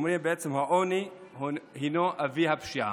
אומרים בעצם: העוני הוא אבי הפשיעה.